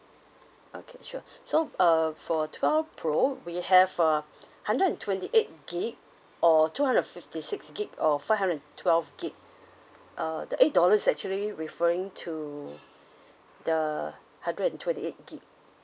okay sure so uh for twelve pro we have uh hundred and twenty eight gig or two hundred fifty six gig or five hundred twelve gig uh the eight dollars actually referring to the hundred and twenty eight gig